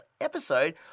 episode